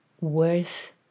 worth